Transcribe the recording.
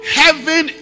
heaven